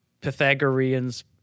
Pythagorean's